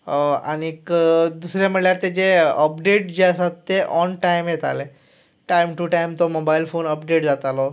आनीक दुसरें म्हणल्यार तेजें अपडेट जे आसात ते ऑन टायम येताले टायम टू टायम तो मोबायल फोन अपडेट जातालो